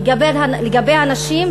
לגבי הנשים,